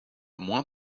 moins